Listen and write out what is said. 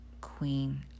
queen